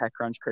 TechCrunch